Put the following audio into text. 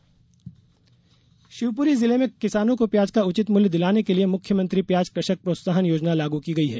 प्याज प्रोत्साहन शिवपुरी जिले में किसानों को प्याज का उचित मूल्य दिलाने के लिए मुख्यमंत्री प्याज कृषक प्रोत्साहन योजना लागू की गई है